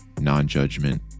non-judgment